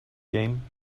game